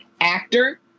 Actor